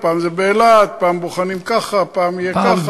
פעם באילת, פעם בוחנים ככה, פעם יהיה ככה.